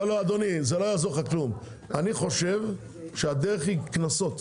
אדוני, אני חושב שהדרך היא קנסות.